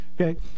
Okay